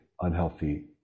unhealthy